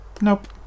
Nope